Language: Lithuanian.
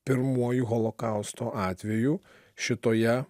pirmuoju holokausto atveju šitoje